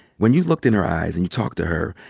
when you looked in her eyes and you talk to her,